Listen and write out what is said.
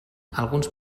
alguns